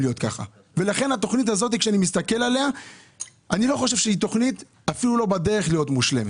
ולכן התוכנית הזאת אפילו לא בדרך ללהיות מושלמת.